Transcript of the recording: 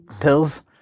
pills